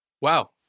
Wow